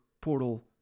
portal